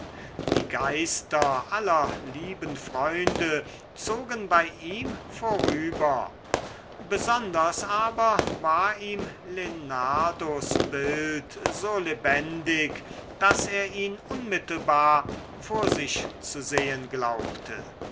die geister aller lieben freunde zogen bei ihm vorüber besonders aber war ihm lenardos bild so lebendig daß er ihn unmittelbar vor sich zu sehen glaubte